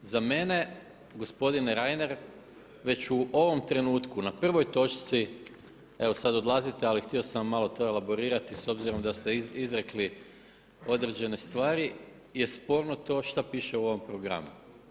Za mene gospodine Reiner već u ovom trenutku na prvoj točci evo sad odlazite ali htio sam vam malo to elaborirati s obzirom da ste izrekli određene stvari je sporno to što piše u ovom programu.